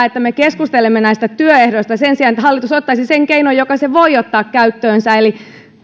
että me keskustelemme näistä työehdoista sen sijaan että hallitus ottaisi sen keinon jonka se voi ottaa käyttöönsä eli